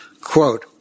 quote